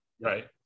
right